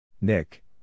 Nick